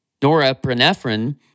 Norepinephrine